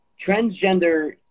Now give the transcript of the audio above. transgender